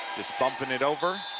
just bumping it over